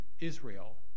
Israel